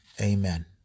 Amen